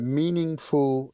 meaningful